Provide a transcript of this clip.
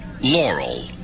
Laurel